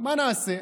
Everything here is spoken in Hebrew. מה נעשה?